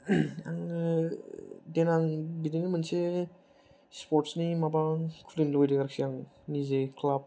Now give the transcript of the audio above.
आङो देनां बिदिनो मोनसे स्परट्सनि माबा खुलिनो लुगैदों आरोखि निजे क्लाब